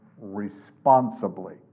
responsibly